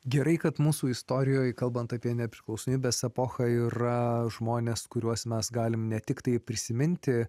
gerai kad mūsų istorijoje kalbant apie nepriklausomybės epochą yra žmonės kuriuos mes galime ne tiktai prisiminti